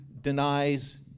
denies